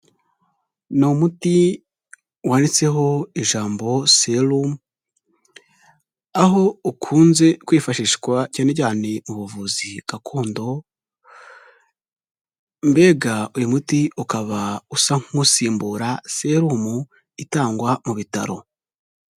Ni umuti wanditseho ijambo ''Serumu''. Aho ukunze kwifashishwa cyane cyane mu buvuzi gakondo, mbega uyu muti ukaba usa nk'usimbura Serumu itangwa mu bitaro.